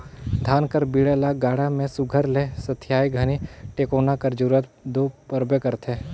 धान कर बीड़ा ल गाड़ा मे सुग्घर ले सथियाए घनी टेकोना कर जरूरत दो परबे करथे